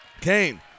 Kane